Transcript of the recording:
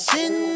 Sin